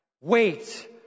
Wait